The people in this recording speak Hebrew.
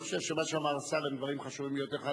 אני חושב שמה שאמר השר הם דברים חשובים ביותר.